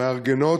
למארגנות.